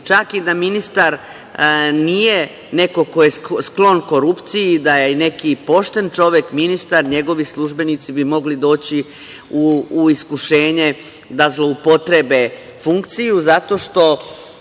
Čak i da ministar nije neko ko je sklon korupciji, da je neki pošten čovek, ministar i njegovi službenici bi mogli doći u iskušenje da zloupotrebe funkciju zato što